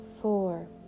four